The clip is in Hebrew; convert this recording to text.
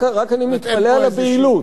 רק אני מתפלא על הבהילות,